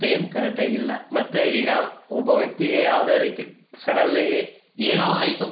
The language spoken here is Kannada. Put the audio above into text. ಟೈಮ್ ಕರೆಕ್ಟಾಗಿಲ್ಲ ಮತ್ತು ಈಗ ಒಬ್ಬ ವ್ಯಕ್ತಿಗೆ ಯಾವುದೇ ರೀತಿ ಸಡನ್ನಾಗಿ ಏನೋ ಆಯಿತು